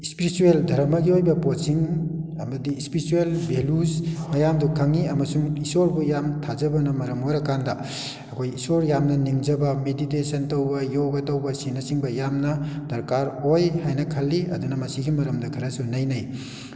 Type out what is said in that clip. spiritual ꯙꯔꯃꯒꯤ ꯑꯣꯏꯕ ꯄꯣꯠꯁꯤꯡ ꯑꯃꯗꯤ ꯏꯁꯄ꯭ꯔꯤꯆꯨꯋꯦꯜ ꯚꯦꯂꯨꯁ ꯃꯌꯥꯝꯗꯣ ꯈꯪꯉꯤ ꯑꯃꯁꯨꯡ ꯏꯁꯣꯔꯕꯨ ꯌꯥꯝ ꯊꯥꯖꯕꯅ ꯃꯔꯝ ꯑꯣꯏꯔꯀꯥꯟꯗ ꯑꯩꯈꯣꯏ ꯏꯁꯣꯔ ꯌꯥꯝꯅ ꯅꯤꯡꯖꯕ ꯃꯦꯗꯤꯇꯦꯁꯟ ꯇꯧꯕ ꯌꯣꯒ ꯇꯧꯕ ꯑꯁꯤꯅꯆꯤꯡꯕ ꯌꯥꯝꯅ ꯗꯔꯀꯥꯔ ꯑꯣꯏ ꯍꯥꯏꯅ ꯈꯜꯂꯤ ꯑꯗꯨꯅ ꯃꯁꯤꯒꯤ ꯃꯔꯝꯗ ꯈꯔꯁꯨ ꯅꯩꯅꯩ